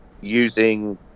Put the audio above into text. using